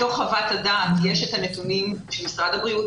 בתוך חוות הדעת יש את הנתונים של משרד הבריאות